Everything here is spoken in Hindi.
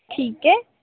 ठीक है